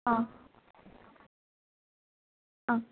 অ' অ'